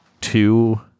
two